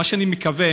אני מקווה